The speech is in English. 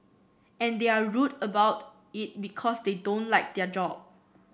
and they're rude about it because they don't like their job